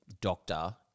doctor